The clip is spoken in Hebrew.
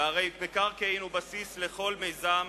והרי מקרקעין הוא בסיס לכל מיזם,